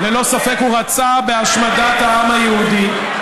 ללא ספק הוא רצה בהשמדת העם היהודי.